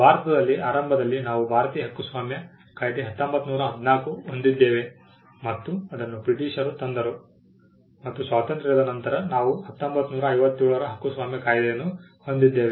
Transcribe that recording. ಭಾರತದಲ್ಲಿ ಆರಂಭದಲ್ಲಿ ನಾವು ಭಾರತೀಯ ಹಕ್ಕುಸ್ವಾಮ್ಯ ಕಾಯ್ದೆ 1914 ಹೊಂದಿದ್ದೇವೆ ಮತ್ತು ಅದನ್ನು ಬ್ರಿಟಿಷರು ತಂದರು ಮತ್ತು ಸ್ವಾತಂತ್ರ್ಯದ ನಂತರ ನಾವು 1957 ರ ಹಕ್ಕುಸ್ವಾಮ್ಯ ಕಾಯ್ದೆಯನ್ನು ಹೊಂದಿದ್ದೇವೆ